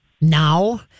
now